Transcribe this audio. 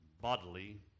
bodily